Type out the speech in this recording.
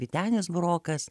vytenis burokas